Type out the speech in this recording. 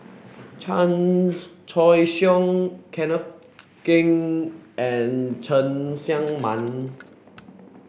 Chan Choy Siong Kenneth Keng and Cheng Tsang Man